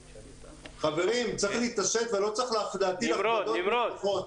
חברים, צריך להתעשת ולא צריך להטיל הכבדות נוספות.